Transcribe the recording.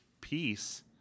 peace